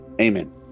Amen